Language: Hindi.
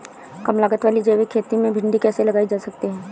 कम लागत वाली जैविक खेती में भिंडी कैसे लगाई जा सकती है?